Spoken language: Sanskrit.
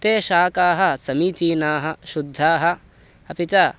ते शाकाः समीचीनाः शुद्धाः अपि च